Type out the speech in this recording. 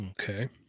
Okay